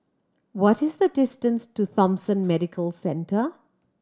what is the distance to Thomson Medical Centre